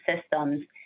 systems